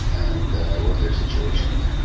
and what their situation is.